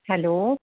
hello